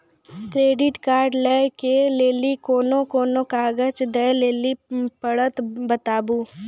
Credit card लै के लेली कोने कोने कागज दे लेली पड़त बताबू?